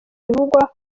ibivugwa